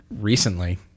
recently